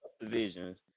divisions